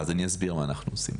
אז אני אסביר מה אנחנו עושים.